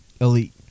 Elite